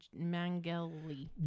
mangeli